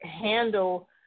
handle